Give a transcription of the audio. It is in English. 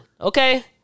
Okay